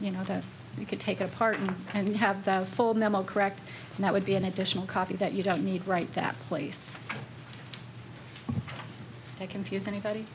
you know that you could take a partner and have a full memo correct and that would be an additional copy that you don't need right that place to confuse anybody